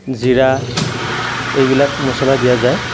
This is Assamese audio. জিৰা এইবিলাক মছলা দিয়া যায়